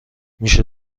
میشه